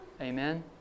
Amen